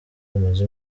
bumaze